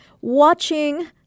Watching